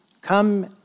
come